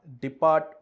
depart